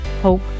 hope